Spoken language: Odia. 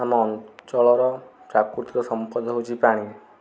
ଆମ ଅଞ୍ଚଳର ପ୍ରାକୃତିକ ସମ୍ପଦ ହେଉଛି ପାଣି